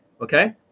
okay